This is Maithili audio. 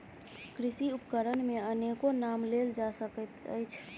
कृषि उपकरण मे अनेको नाम लेल जा सकैत अछि